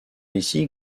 ici